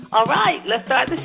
all right, let's but